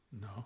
no